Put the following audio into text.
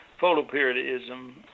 photoperiodism